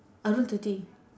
arundhati